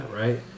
right